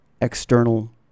external